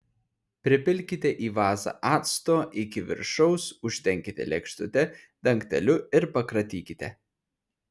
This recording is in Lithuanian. pripilkite į vazą acto iki viršaus uždenkite lėkštute dangteliu ir pakratykite